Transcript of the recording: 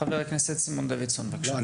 חבר הכנסת סימון דוידסון, בבקשה.